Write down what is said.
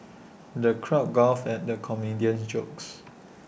the crowd guffawed at the comedian's jokes